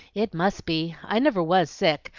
it must be! i never was sick,